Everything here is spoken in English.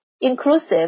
inclusive